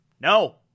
no